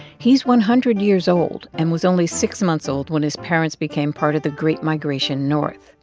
he's one hundred years old and was only six months old when his parents became part of the great migration north.